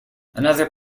another